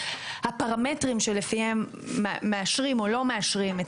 הפרמטרים שלפיהם מאשרים או לא מאשרים את